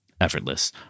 effortless